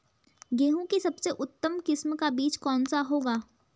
गेहूँ की सबसे उत्तम किस्म का बीज कौन सा होगा?